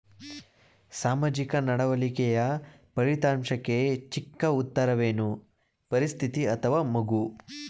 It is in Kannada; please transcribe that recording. ಸಾಮಾಜಿಕ ನಡವಳಿಕೆಯ ಫಲಿತಾಂಶಕ್ಕೆ ಚಿಕ್ಕ ಉತ್ತರವೇನು? ಪರಿಸ್ಥಿತಿ ಅಥವಾ ಮಗು?